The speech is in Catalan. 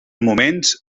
moments